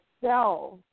self